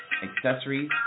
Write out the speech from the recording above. accessories